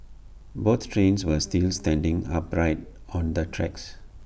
both trains were still standing upright on the tracks